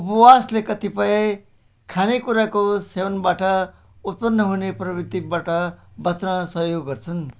उपवासले कतिपय खानेकुराको सेवनबाट उत्पन्न हुने प्रवृत्तिबाट बच्न सहयोग गर्छन्